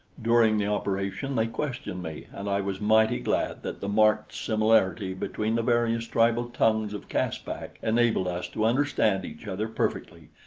during the operation they questioned me, and i was mighty glad that the marked similarity between the various tribal tongues of caspak enabled us to understand each other perfectly,